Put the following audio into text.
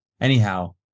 Anyhow